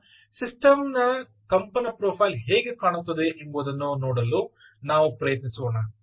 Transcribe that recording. ಈಗ ಸಿಸ್ಟಮ್ನ ಕಂಪನ ಪ್ರೊಫೈಲ್ ಹೇಗೆ ಕಾಣುತ್ತದೆ ಎಂಬುದನ್ನು ನೋಡಲು ನಾವು ಪ್ರಯತ್ನಿಸೋಣ